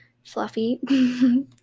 fluffy